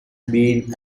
been